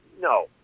no